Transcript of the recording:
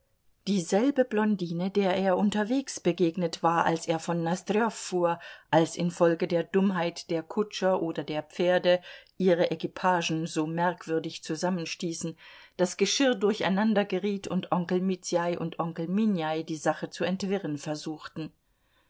dieselbe blondine der er unterwegs begegnet war als er von nosdrjow fuhr als infolge der dummheit der kutscher oder der pferde ihre equipagen so merkwürdig zusammenstießen das geschirr durcheinandergeriet und onkel mitjaj und onkel minjaj die sache zu entwirren versuchten